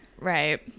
Right